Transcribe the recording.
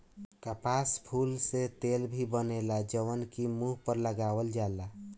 कपास फूल से तेल भी बनेला जवना के मुंह पर लगावल जाला